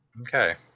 Okay